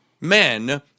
men